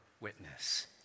witness